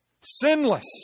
Sinless